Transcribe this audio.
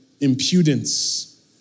impudence